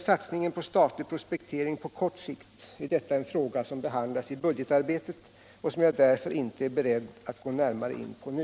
Satsningen på statlig prospektering på kort sikt är en fråga som behandlas i budgetarbetet och som jag därför inte är beredd att gå närmare in på nu.